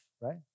right